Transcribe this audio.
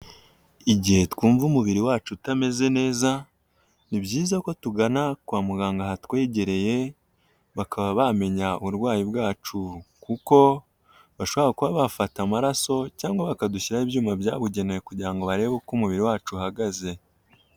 Igihe twumva umubiri wacu utameze neza ni byiza ko tugana kwa muganga ahatwegereye bakaba bamenya uburwayi bwacu, kuko bashobora kuba bafata amaraso cyangwa bakadushyiraho ibyuma byabugenewe kugira ngo barebe uko umubiri wacu uhagaze.